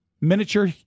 miniature